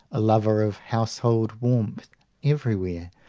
a lover of household warmth everywhere,